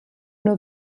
nur